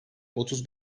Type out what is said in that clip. otuz